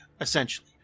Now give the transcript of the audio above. essentially